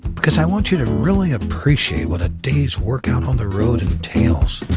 because i want you to really appreciate what a day's work out on the road entails.